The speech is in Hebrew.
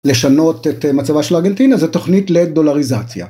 לשנות את מצבה של ארגנטינה זה תוכנית לדולריזציה.